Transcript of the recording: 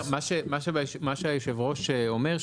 שהיושב ראש אומר,